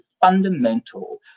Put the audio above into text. fundamental